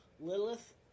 Lilith